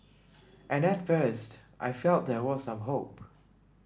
and at first I felt there was some hope